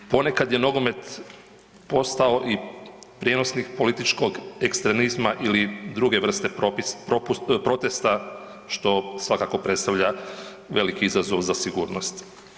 Ponekad je nogomet postao i prijenosnik političkog ekstremizma ili druge vrste protesta, što svakako predstavlja veliki izazov za sigurnost.